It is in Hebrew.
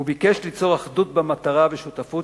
הוא ביקש ליצור אחדות במטרה ובשותפות